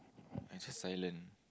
I just silent